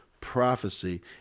prophecy